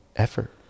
effort